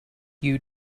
you